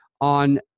on